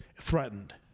threatened